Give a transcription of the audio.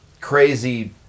crazy